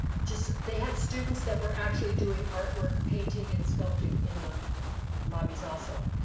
just, they had students that were actually doing artwork, painting and sculpting in the lobbies also.